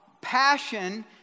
Passion